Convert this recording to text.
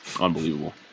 unbelievable